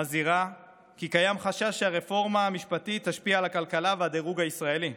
מזהירים כי קיים חשש שהרפורמה המשפטית תשפיע על הכלכלה והדירוג הישראלי,